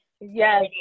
Yes